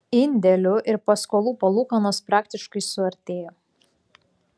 indėlių ir paskolų palūkanos praktiškai suartėjo